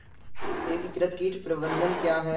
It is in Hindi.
एकीकृत कीट प्रबंधन क्या है?